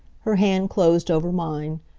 her hand closed over mine.